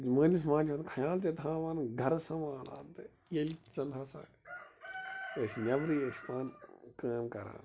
مٲلِس ماجہٕ ہُنٛد خَیال تہِ تھاوان گرٕ سَمبلان تہٕ ییٚلہِ ان ہسا أسۍ نیٚبِرٕے ٲسۍ پانہٕ کٲم کَران